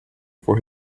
for